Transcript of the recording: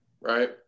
right